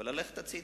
וללכת הצדה.